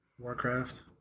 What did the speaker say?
warcraft